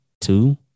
two